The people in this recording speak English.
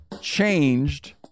changed